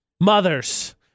Mothers